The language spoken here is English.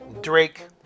Drake